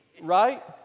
right